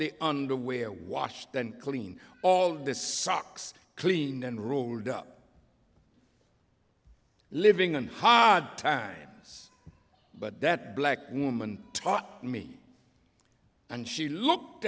the underwear washed and clean all the socks cleaned and rolled up living on hard times but that black woman taught me and she looked